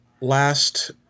Last